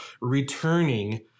returning